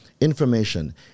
Information